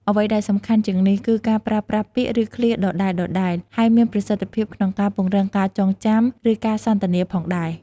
អ្វីដែលសំខាន់ជាងនេះ គឺការប្រើប្រាស់ ពាក្យ ឬឃ្លាដដែលៗហើយមានប្រសិទ្ធភាពក្នុងការពង្រឹងការចងចាំ ឬការសន្ទនាផងដែរ។